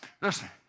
Listen